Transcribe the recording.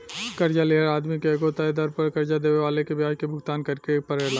कर्जा लिहल आदमी के एगो तय दर पर कर्जा देवे वाला के ब्याज के भुगतान करेके परेला